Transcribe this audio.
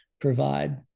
provide